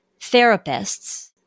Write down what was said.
therapists